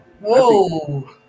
Whoa